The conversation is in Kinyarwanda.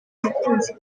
umukunzi